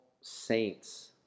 saints